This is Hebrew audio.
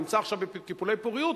אני נמצאת עכשיו בטיפולי פוריות,